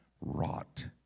wrought